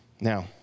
Now